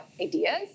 ideas